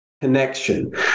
connection